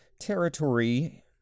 territory